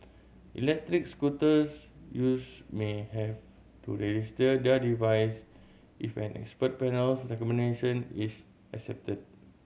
electric scooters use may have to register their device if an expert panel's recommendation is accepted